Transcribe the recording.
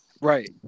Right